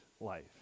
life